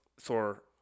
thor